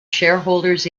shareholders